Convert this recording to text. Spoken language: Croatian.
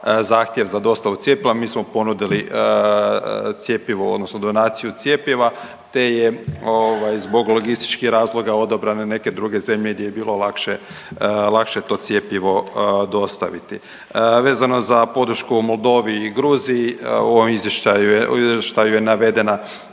zahtjev za dostavu cjepiva, mi smo ponudili cjepivo odnosno donaciju cjepiva te je ovaj zbog logističkih razloga odabrano neke druge zemlje gdje je bilo lakše, lakše to cjepivo dostaviti. Vezano za podršku Moldoviji i Gruziji u ovom izvještaju, izvještaju